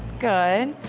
good.